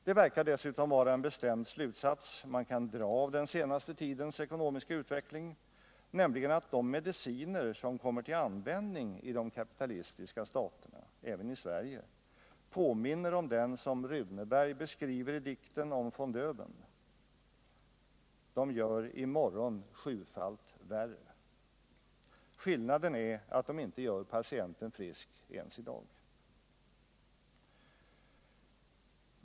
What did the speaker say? Det verkar dessutom vara en bestämd slutsats man kan dra av den senaste tidens ekonomiska utveckling, nämligen att de mediciner som kommer till användning i de kapitalistiska staterna, även i Sverige, påminner om den som Runeberg beskriver i dixten om von Döbeln. Den ”gör mig för i morgon sjufalt värre”. Skillnaden är att de inte gör patienten frisk ens i dag.